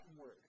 word